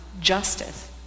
justice